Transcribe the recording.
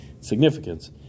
significance